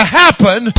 happen